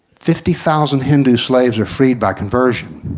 fifty thousand hindu slaves were freed by conversion.